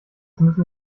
müssen